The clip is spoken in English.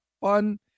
fun